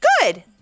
Good